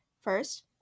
First